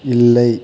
இல்லை